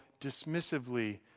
dismissively